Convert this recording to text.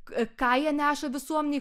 ką jie neša visuomenei